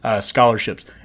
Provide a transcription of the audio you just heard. scholarships